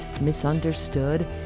misunderstood